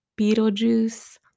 Beetlejuice